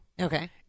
Okay